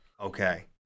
Okay